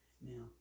Now